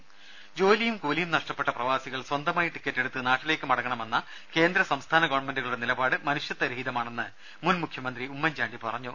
രുമ ജോലിയും കൂലിയും നഷ്ടപ്പെട്ട പ്രവാസികൾ സ്വന്തമായി ടിക്കറ്റെടുത്ത് നാട്ടിലേക്കു മടങ്ങണമെന്ന കേന്ദ്ര സംസ്ഥാന ഗവൺമെന്റുകളുടെ നിലപാട് മനുഷ്യത്വരഹിതമാണെന്ന് മുൻ മുഖ്യമന്ത്രി ഉമ്മൻ ചാണ്ടി പറഞ്ഞു